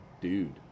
dude